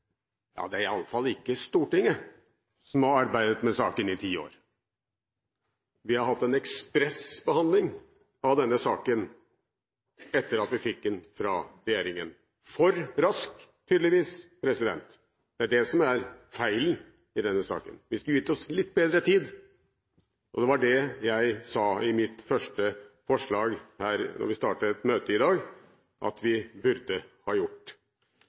Det er i alle fall ikke Stortinget som har arbeidet med saken i ti år. Vi har hatt en ekspressbehandling av denne saken etter at vi fikk den fra regjeringen – for rask, tydeligvis. Det er det som er feilen i denne saken. Vi skulle gitt oss litt bedre tid. Det var det jeg sa i mitt innlegg da vi startet møtet i dag, at vi burde ha gjort.